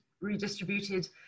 redistributed